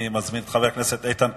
אני מזמין את חבר הכנסת איתן כבל.